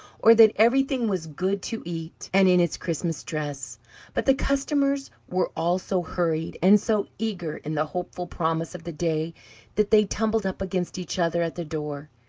or that everything was good to eat and in its christmas dress but the customers were all so hurried and so eager in the hopeful promise of the day that they tumbled up against each other at the door,